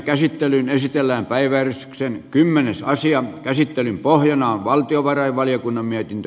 käsittelyn pohjana on valtiovarainvaliokunnan mietintö